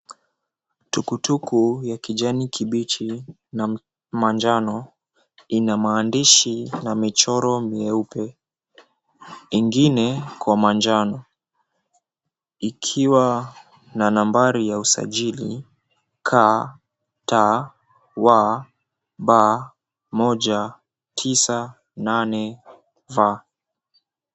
Tukutuku ya kijani kibichi na manjano ina maandishi na imechorwa meupe ingine kwa manjano ikiwa na nambari ya usajili KTY B198V.